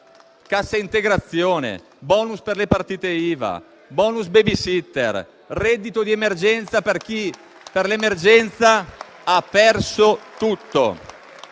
cassa integrazione, *bonus* per le partite IVA, *bonus baby-sitter*, reddito di emergenza per chi per l'emergenza ha perso tutto